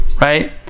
right